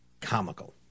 comical